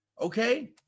Okay